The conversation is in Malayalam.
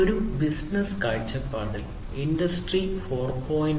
ഒരു ബിസിനസ്സ് കാഴ്ചപ്പാടിൽ ഇൻഡസ്ട്രി 4